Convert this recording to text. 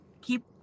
keep